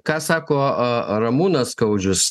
ką sako a ramūnas skaudžius